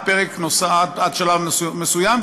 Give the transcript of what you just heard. עד שלב מסוים,